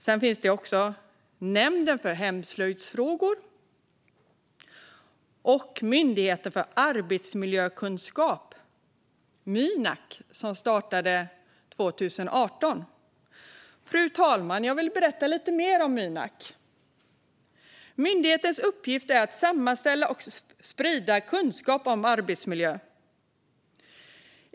Sedan finns även Nämnden för hemslöjdsfrågor och Myndigheten för arbetsmiljökunskap, Mynak, som startade 2018. Fru talman! Jag vill berätta lite mer om Mynak. Myndighetens uppgift är att sammanställa och sprida kunskap om arbetsmiljö.